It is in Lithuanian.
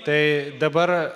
tai dabar